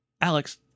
Alex